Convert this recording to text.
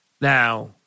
Now